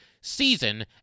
Season